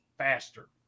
Faster